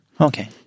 Okay